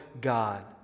God